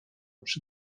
przy